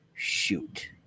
Shoot